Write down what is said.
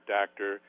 doctor